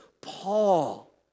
Paul